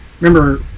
remember